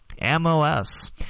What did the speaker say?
MOS